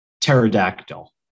Pterodactyl